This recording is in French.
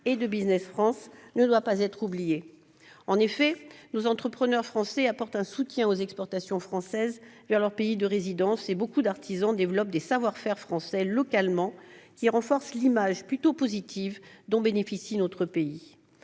et de Business France, ne doit pas être oubliée. En effet, nos entrepreneurs français sont des soutiens pour les exportations françaises vers leur pays de résidence, et beaucoup d'artisans développent localement les savoir-faire français, ce qui renforce l'image déjà plutôt positive dont bénéficie notre pays.